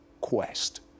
quest